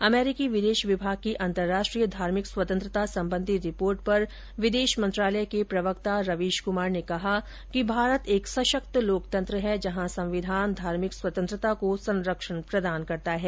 अमरीकी विदेश विभाग की अंतर्राष्ट्रीय धार्मिक स्वतंत्रता संबंधी रिपोर्ट पर विदेश मंत्रालय के प्रवक्ता रवीश कुमार ने कहा कि भारत एक सशक्त लोकतंत्र है जहां संविधान धार्मिक स्वतंत्रता को संरक्षण प्रदान करता है